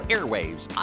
Airwaves